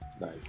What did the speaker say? Nice